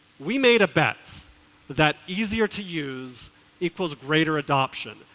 we made a bet that easier to use equals greater adoption,